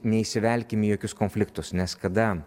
neįsivelkim į jokius konfliktus nes kada